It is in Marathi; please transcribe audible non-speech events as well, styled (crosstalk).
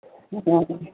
(unintelligible)